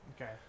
Okay